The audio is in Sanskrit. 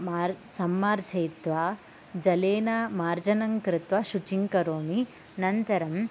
मार्ज् सम्मार्जयित्वा जलेन मार्जनं कृत्वा शुचिं करोमि अनन्तरम्